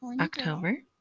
October